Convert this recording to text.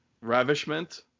ravishment